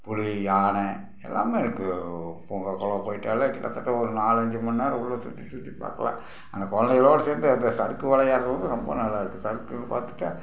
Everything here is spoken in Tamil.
புலி யானை எல்லாமே இருக்குது பூங்காக்குள்ளே போய்விட்டாலே கிட்டத்தட்ட ஒரு நாலஞ்சு மணி நேரம் உள்ளே சுற்றி சுற்றி பார்க்கலாம் அந்த குழந்தைகளோட சேர்த்து அந்த சருக்கு விளையாடுறதும் ரொம்ப நல்லா இருக்கும் சருக்கு பார்த்துட்டா